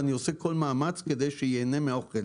ואני עושה כל מאמץ כדי שייהנה מהאוכל,